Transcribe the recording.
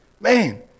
Man